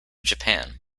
japan